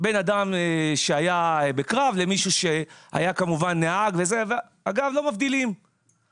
בין אדם שהיה בקרב למישהו שהיה נהג ממשלת